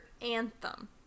anthem